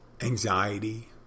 anxiety